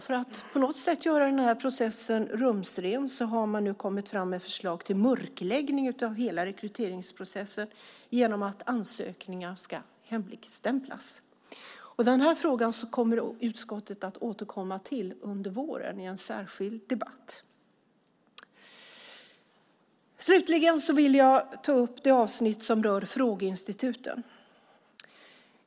För att på något sätt göra den här processen rumsren har man nu kommit med ett förslag till mörkläggning av hela rekryteringsprocessen genom att ansökningar ska hemligstämplas. Den här frågan kommer utskottet att återkomma till under våren i en särskild debatt. Slutligen vill jag ta upp det avsnitt som rör frågeinstituten.